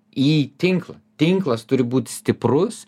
į tinklą tinklas turi būt stiprus